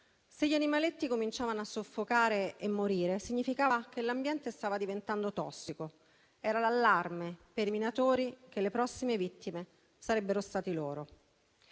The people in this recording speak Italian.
se gli animaletti cominciavano a soffocare e a morire, significava che l'ambiente stava diventando tossico; era l'allarme per i minatori che le prossime vittime sarebbero stati loro.